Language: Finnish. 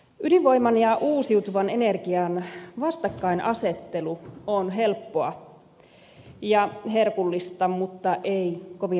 ydinvoiman ja uusiutuvan energian vastakkainasettelu on helppoa ja herkullista mutta ei kovin rakentavaa